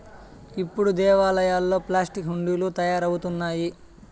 ఇప్పుడు దేవాలయాల్లో ప్లాస్టిక్ హుండీలు తయారవుతున్నాయి